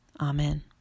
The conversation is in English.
Amen